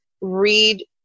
read